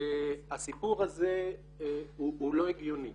הסיפור הזה הוא לא הגיוני.